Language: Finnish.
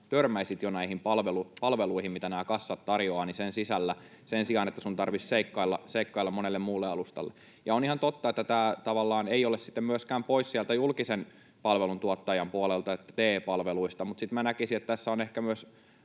sisällä näihin palveluihin, mitä nämä kassat tarjoavat, sen sijaan, että sinun tarvitsisi seikkailla monelle muulle alustalle. On ihan totta, että tämä tavallaan ei ole pois myöskään sieltä julkisen palveluntuottajan puolelta, TE-palveluista. Mutta sitten minä näkisin, että tässä on ehkä myös